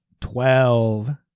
Twelve